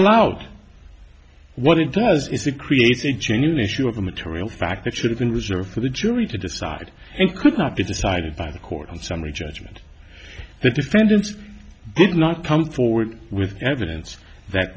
allowed what it does is it creates a genuine issue of a material fact that should have been reserved for the jury to decide and could not be decided by the court in summary judgment the defendants did not come forward with evidence that